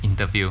interview